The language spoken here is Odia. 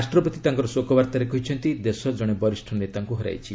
ରାଷ୍ଟ୍ରପତି ତାଙ୍କର ଶୋକ ବାର୍ତ୍ତାରେ କହିଛନ୍ତି ଦେଶ ଜଣେ ବରିଷ୍ଣ ନେତାଙ୍କୁ ହରାଇଛି